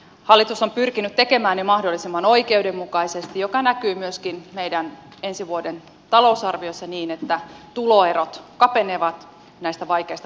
hallitus on pyrkinyt tekemään ne mahdollisimman oikeudenmukaisesti mikä näkyy myöskin meidän ensi vuoden talousarviossa niin että tuloerot kapenevat näistä vaikeista talouspäätöksistä huolimatta